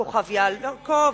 כוכב-יעקב,